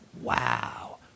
wow